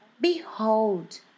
Behold